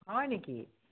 হয় নেকি